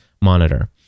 monitor